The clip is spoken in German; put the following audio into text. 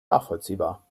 nachvollziehbar